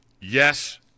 Yes